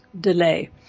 delay